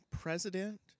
president